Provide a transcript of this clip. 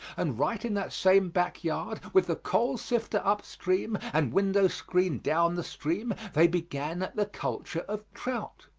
and right in that same back yard with the coal sifter up stream and window screen down the stream, they began the culture of trout.